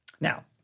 Now